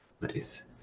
Nice